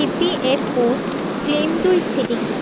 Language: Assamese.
ই পি এফ অ' ক্লেইমটোৰ স্থিতি কি